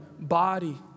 body